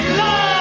love